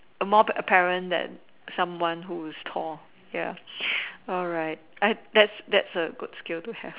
more apparent than someone who is tall ya alright that's that's a that's a good skill to have